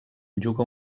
juga